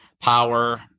power